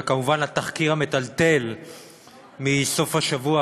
וכמובן התחקיר המטלטל מסוף השבוע,